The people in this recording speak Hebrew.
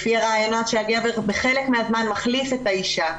לפי הרעיונות שהגבר בחלק מהזמן מחליף את האישה,